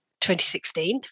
2016